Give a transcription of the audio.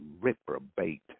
reprobate